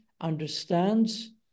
understands